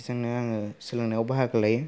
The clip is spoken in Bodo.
बेजोंनो आङो सोलोंनायाव बाहागो लायो